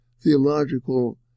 theological